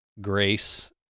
Grace